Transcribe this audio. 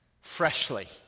freshly